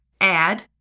Add